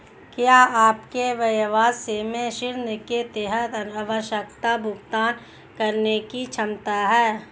क्या आपके व्यवसाय में ऋण के तहत आवश्यक भुगतान करने की क्षमता है?